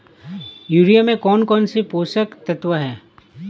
Urea में कौन कौन से पोषक तत्व है?